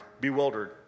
bewildered